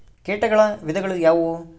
ಕೇಟಗಳ ವಿಧಗಳು ಯಾವುವು?